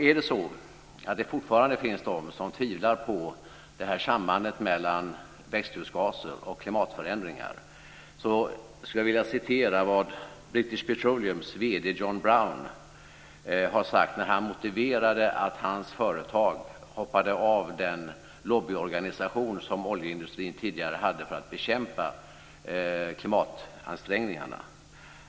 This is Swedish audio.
Är det så att det fortfarande finns dem som tvivlar på sambandet mellan växthusgaser och klimatförändringar skulle jag vilja citera vad British Petroleums vd John Brown har sagt när han motiverade att hans företag hoppade av den lobbyorganisation som oljeindustrin tidigare hade för att bekämpa klimatansträngningarna.